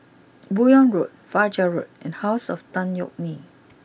Buyong Road Fajar Road and house of Tan Yeok Nee